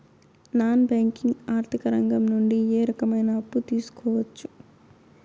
Non banking ఆర్థిక రంగం నుండి ఏ రకమైన అప్పు తీసుకోవచ్చు?